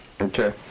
Okay